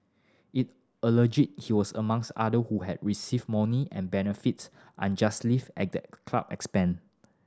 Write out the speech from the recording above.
it allege he was among other who had received money and benefit at the club expense